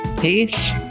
peace